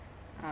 um